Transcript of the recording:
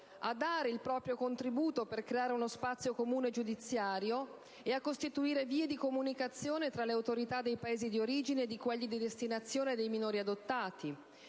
a dare il proprio contributo per creare uno spazio comune giudiziario e a costituire vie di comunicazione tra le autorità dei Paesi di origine e quelli di destinazione dei minori adottati;